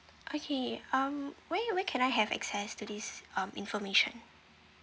okay um maybe where where can I have access to this um information